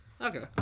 Okay